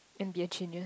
and be a genius